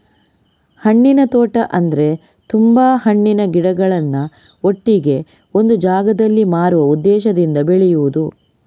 ಹಣ್ಣಿನ ತೋಟ ಅಂದ್ರೆ ತುಂಬಾ ಹಣ್ಣಿನ ಗಿಡಗಳನ್ನ ಒಟ್ಟಿಗೆ ಒಂದು ಜಾಗದಲ್ಲಿ ಮಾರುವ ಉದ್ದೇಶದಿಂದ ಬೆಳೆಯುದು